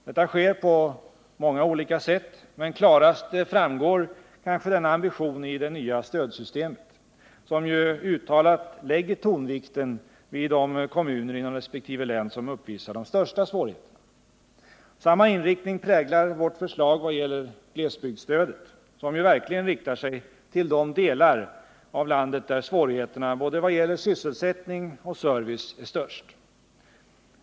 Detta sker på många olika sätt, men klarast framgår kanske denna ambition i det nya stödsystemet, som ju uttalat lägger tonvikten vid de kommuner inom resp. län som uppvisar de största svårigheterna. Samma inriktning präglar vårt förslag vad gäller glesbygdsstödet, som ju verkligen riktar sig till de delar av landet där svårigheterna både vad gäller sysselsättning och service är störst.